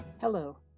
Hello